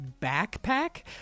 Backpack